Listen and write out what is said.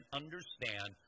understand